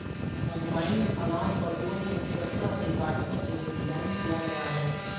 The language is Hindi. कम्बाइनस अनाज फसलों को कुशलता से काटने के लिए डिज़ाइन किया गया है